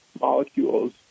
molecules